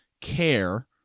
care